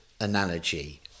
analogy